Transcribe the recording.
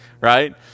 right